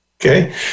Okay